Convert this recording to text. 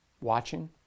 watching